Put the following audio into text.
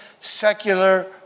secular